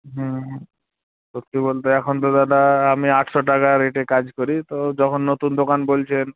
হুম সত্যি বলতে এখন তো দাদা আমি আটশো টাকা রেটে কাজ করি তো যখন নতুন দোকান বলছেন